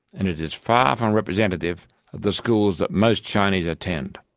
and it is far from representative of the schools that most chinese attend.